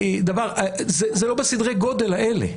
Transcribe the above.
זה לא בסדרי גודל האלה.